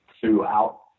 throughout